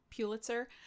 Pulitzer